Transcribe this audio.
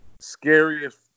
scariest